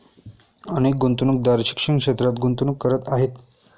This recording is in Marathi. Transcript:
अनेक गुंतवणूकदार शिक्षण क्षेत्रात गुंतवणूक करत आहेत